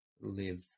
live